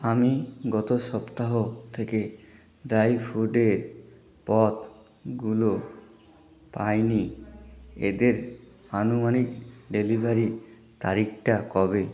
আমি গত সপ্তাহ থেকে ড্রাই ফ্রুটের পদগুলো পাই নি এদের আনুমানিক ডেলিভারির তারিকটা কবে